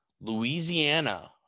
Louisiana